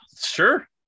Sure